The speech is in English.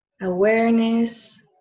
awareness